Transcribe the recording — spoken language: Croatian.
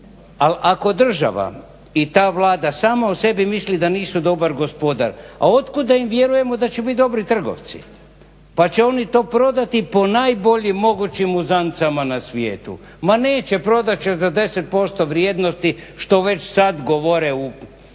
ako država i ta Vlada sama o sebi misli da nisu dobar gospodar a otkuda im vjerujemo da će biti dobri trgovci pa će oni to prodati po najboljim mogućim uzancama na svijetu. Ma neće, prodati će za 10% vrijednosti što već sada govore ajde